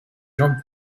jean